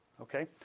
Okay